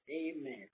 Amen